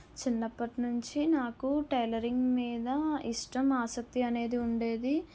చిన్నప్పటినుంచి నాకు టైలరింగ్ మీద ఇష్టం ఆసక్తి అనేది ఉండేది